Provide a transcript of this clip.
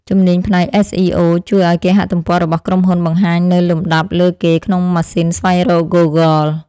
ជំនាញផ្នែកអេសអ៊ីអូជួយឱ្យគេហទំព័ររបស់ក្រុមហ៊ុនបង្ហាញនៅលំដាប់លើគេក្នុងម៉ាស៊ីនស្វែងរកហ្គូហ្គល។